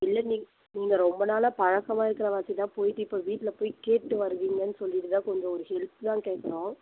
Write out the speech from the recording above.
இல்லை நீங் நீங்கள் ரொம்ப நாளாக பழக்கமா இருக்குறவாசி தான் போயிட்டு இப்போ வீட்டில் போய் கேட்டுகிட்டு வருவீங்கன்னு சொல்லிவிட்டுதான் கொஞ்சம் ஒரு ஹெல்ப்தான் கேட்குறோம்